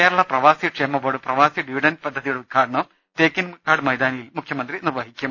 കേരള പ്രവാസി ക്ഷേമബോർഡ് പ്രവാസി ഡിവിഡന്റ് പദ്ധതിയുടെ ഉദ്ഘാടനം തേക്കിൻകാട് മൈതാനിയിൽ മുഖ്യമന്ത്രി നിർവഹിക്കും